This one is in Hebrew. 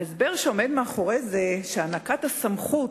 ההסבר שעומד מאחורי זה הוא שהענקת הסמכות,